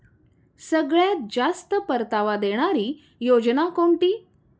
सगळ्यात जास्त परतावा देणारी योजना कोणती?